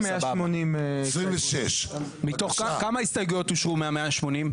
26. כמה הסתייגויות אושרו מה-180?